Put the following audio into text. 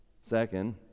Second